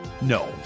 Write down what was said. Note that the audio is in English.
no